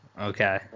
Okay